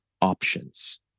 options